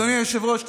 אדוני היושב-ראש,